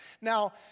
Now